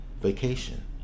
vacation